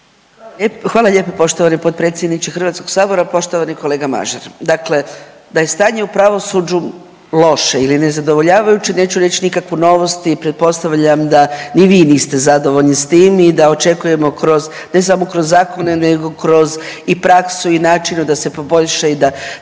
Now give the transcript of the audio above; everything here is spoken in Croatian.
Hvala lijepo poštovani potpredsjedniče HS-a. Poštovani kolega Mažar. Dakle, da je stanje u pravosuđu loše ili nezadovoljavajuće neću reći nikakvu novost i pretpostavljam da ni vi niste zadovoljni s tim i da očekujemo kroz ne smo kroz zakone nego kroz i praksu i načina da se poboljša i da